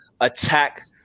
attack